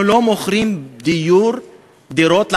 אנחנו לא מוכרים דירות לערבים.